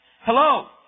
Hello